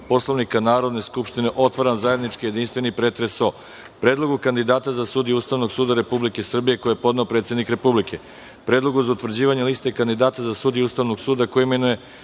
Poslovnika Narodne skupštine, otvaram zajednički jedinstveni pretres o: Predlogu kandidata za sudije Ustavnog suda Republike Srbije, koji je podneo predsednik Republike; Predlogu za utvrđivanje Liste kandidata za sudije Ustavnog suda koje imenuje